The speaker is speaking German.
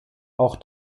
auch